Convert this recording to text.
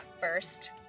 first